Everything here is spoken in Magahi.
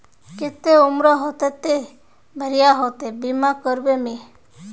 केते उम्र होते ते बढ़िया होते बीमा करबे में?